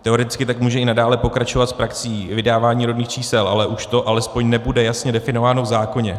Teoreticky tak může i nadále pokračovat s praxí vydávání rodných čísel, ale už to alespoň nebude jasně definováno v zákoně.